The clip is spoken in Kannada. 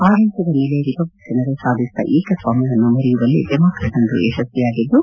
ಆಡಳಿತದ ಮೇಲೆ ರಿಪಬ್ಲಿಕನರು ಸಾಧಿಸಿದ ಏಕಸ್ವಾಮ್ಯವನ್ನು ಮುರಿಯುವಲ್ಲಿ ಡೆಮಾಕ್ರಟನರು ಯಶಸ್ವಿಯಾಗಿದ್ದು